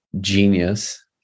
genius